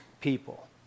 people